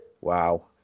wow